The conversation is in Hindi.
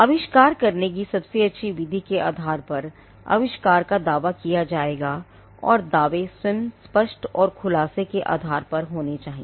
आविष्कार करने की सबसे अच्छी विधि के आधार पर अविष्कार का दावा किया जाएगा और दावे स्वयं स्पष्ट और खुलासे के आधार पर चाहिए